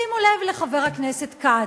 שימו לב לחבר הכנסת כץ,